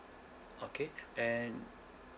okay and